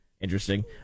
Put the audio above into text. interesting